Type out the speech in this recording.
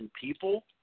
people